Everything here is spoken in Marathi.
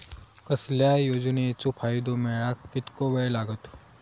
कसल्याय योजनेचो फायदो मेळाक कितको वेळ लागत?